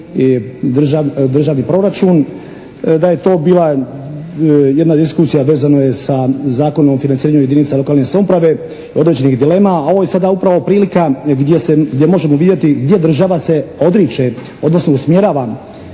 državni proračun da je to bila jedna diskusija vezano je sa Zakonom o financiranju jedinica lokalne samouprave, određenih dilema, a ovo je sada upravo prilika gdje možemo vidjeti gdje država se odriče, odnosno usmjerava